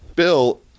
Bill